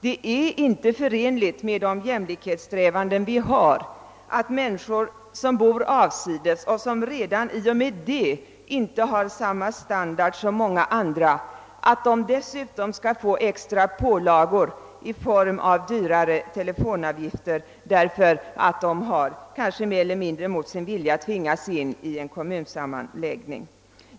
Det är inte förenligt med de jämlikhetssträvanden vi har, att människor som bor avsides och som redan därigenom inte har samma standard som många andra, skall få extra pålagor i form av dyrare telefonavgifter för att de tvingas in i en kommunsammanläggning.